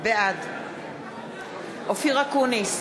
בעד אופיר אקוניס,